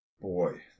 Boy